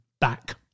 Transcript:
back